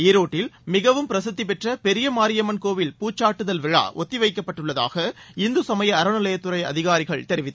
ஈரோட்டில் மிகவும் பிரசித்திபெற்ற பெரிய மாரியம்மன் கோவில் பூச்சாட்டுதல் விழா ஒத்தி வைக்கப்பட்டுள்ளதாக இந்து சமய அறநிலையத் துறை அதிகாரிகள் தெரிவித்தனர்